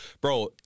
bro